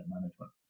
management